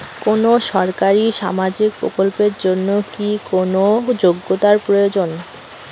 কোনো সরকারি সামাজিক প্রকল্পের জন্য কি কোনো যোগ্যতার প্রয়োজন?